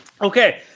Okay